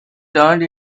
turned